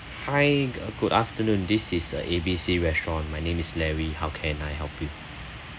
hi uh good afternoon this is uh A B C restaurant my name is larry how can I help you